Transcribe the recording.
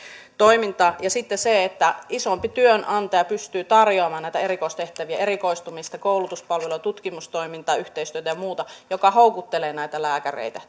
toiminta ja sitten isompi työnantaja pystyy tarjoamaan näitä erikoistehtäviä erikoistumista koulutuspalveluja tutkimustoimintaa yhteistyötä ja muuta jotka houkuttelevat näitä lääkäreitä